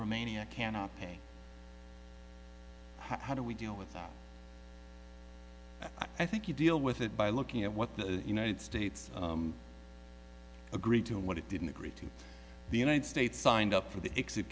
romania cannot pay how do we deal with that i think you deal with it by looking at what the united states agreed to and what it didn't agree to the united states signed up for the ex